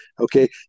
okay